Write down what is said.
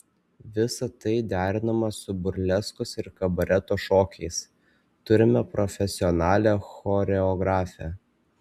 visa tai derinama su burleskos ir kabareto šokiais turime profesionalią choreografę